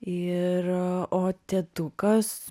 ir o tėtukas